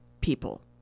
people